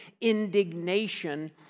indignation